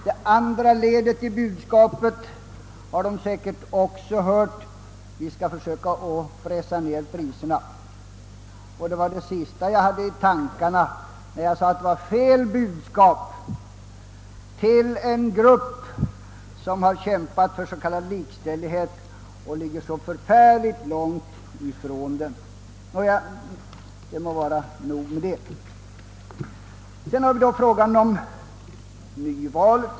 Det andra ledet i budskapet har jordbrukarna säkerligen också hört, nämligen att man skall försöka pressa ned priserna. Det var detta andra led av budskapet jag hade i tankarna när jag sade att det var fel budskap till en grupp som har kämpat för s.k. likställighet och som ligger så långt från den. Sedan har vi då frågan om nyvalet.